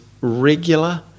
regular